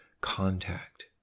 contact